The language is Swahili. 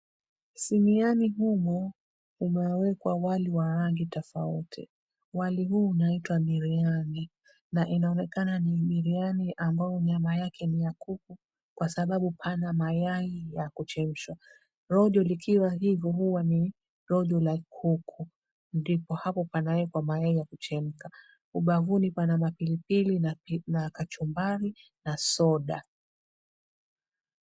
Siniani humu kumewekwa wali wa rangi tofauti. Wali huu unaitwa biriani, na inaonekana ni biriani ambayo nyama yake ni ya kuku kwa sababu pana mayai ya kuchemshwa. Rojo likiwa hivi hua ni rojo la kuku. Ndipo hapo panawekwa mayai ya kuchemka. Ubavuni pana mapilipili, na kachumbari, na soda.